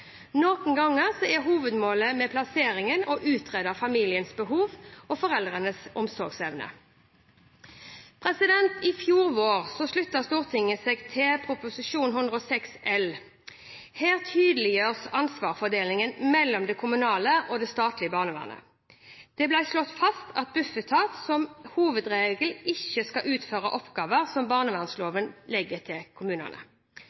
Noen ganger er hovedmålet med plasseringen å utrede familiens behov og foreldrenes omsorgsevne. I fjor vår sluttet Stortinget seg til Prop 106 L for 2012–2013. Her tydeliggjøres ansvarsfordelingen mellom det kommunale og det statlige barnevernet. Det ble slått fast at Bufetat som hovedregel ikke skal utføre oppgaver som barnevernsloven legger til kommunene.